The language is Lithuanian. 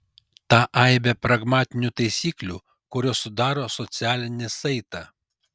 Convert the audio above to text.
tą aibę pragmatinių taisyklių kurios sudaro socialinį saitą